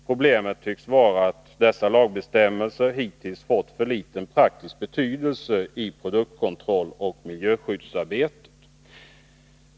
Problemet tycks vara att dessa lagbestämmelser hittills har fått för liten praktisk betydelse i produktkontrolloch miljöskyddsarbetet.